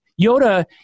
Yoda